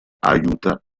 aiuta